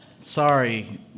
Sorry